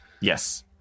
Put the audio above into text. Yes